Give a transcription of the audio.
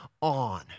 on